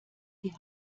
die